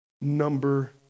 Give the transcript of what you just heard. Number